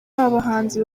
abahanzi